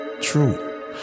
true